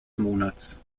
monats